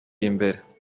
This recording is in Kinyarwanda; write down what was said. imbere